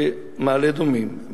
במעלה-אדומים,